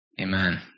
Amen